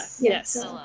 Yes